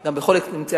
ואני רוצה לחזור,